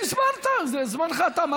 זמנך תם.